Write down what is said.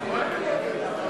תשאל אותו.